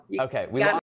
Okay